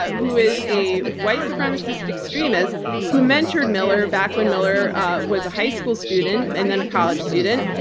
who is a white supremacist extremist, who mentored miller back when miller was a high school student and then a college student.